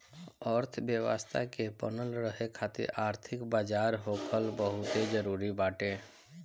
अर्थव्यवस्था के बनल रहे खातिर आर्थिक बाजार होखल बहुते जरुरी बाटे